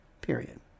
Period